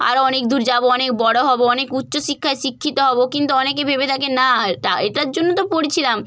আরো অনেক দূর যাবো অনেক বড়ো হবো অনেক উচ্চ শিক্ষায় শিক্ষিত হবো কিন্তু অনেকে ভেবে থাকে না টা এটার জন্য তো পড়ছিলাম